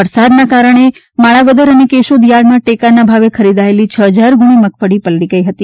વરસાદના કારણે માણાવદર અને કેશોદ થાર્ડમાં ટેકાના ભાવે ખરીદાયેલી છ હજાર ગુણી મગફળી પલળી ગઈ હતી